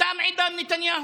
תם עידן נתניהו.